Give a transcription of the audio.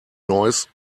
noise